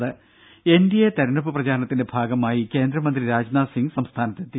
രുര N D A തെരഞ്ഞെടുപ്പ് പ്രചാരണത്തിന്റെ ഭാഗമായി കേന്ദ്രമന്ത്രി രാജ്നാഥ് സിങ് സംസ്ഥാനത്തെത്തി